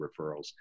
referrals